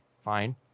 fine